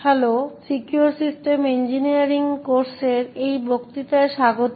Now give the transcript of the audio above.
hello secure system ইঞ্জিনিয়ারিংয়ের কোর্সে এই বক্তৃতায় স্বাগত